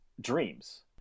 dreams